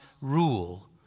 rule